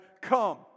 come